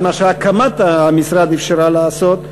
מה שהקמת המשרד אפשרה לעשות,